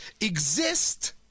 exist